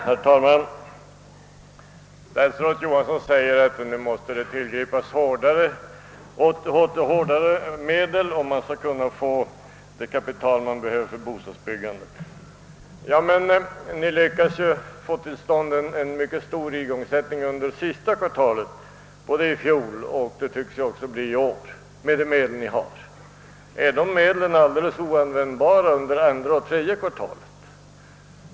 Herr talman! Statsrådet Johansson menar att det nu måste tillgripas hårdare medel, om man skall kunna få det kapital man behöver till bostadsbyggandet. Ni lyckades emellertid få till stånd en mycket stor igångsättning under sista kvartalet i fjol och tydligen går det också i år med de medel ni har. Är dessa medel alldeles oanvänd bara under andra och tredje kvartalen?